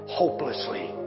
hopelessly